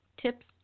tips